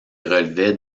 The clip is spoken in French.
relevait